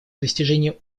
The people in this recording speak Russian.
достижение